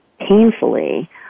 painfully